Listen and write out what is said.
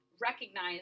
recognize